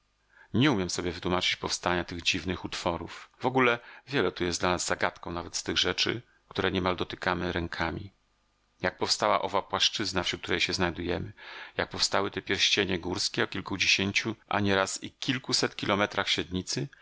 nie umiem sobie wytłumaczyć powstania tych dziwnych utworów wogóle wiele tu jest dla nas zagadką nawet z tych rzeczy które niemal dotykamy rękami jak powstała owa płaszczyzna wśród której się znajdujemy jak powstały te pierścienie górskie o kilkudziesięciu a nieraz i kilkuset kilometrach średnicy